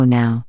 now